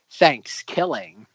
Thankskilling